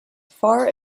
far